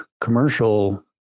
commercial